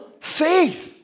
faith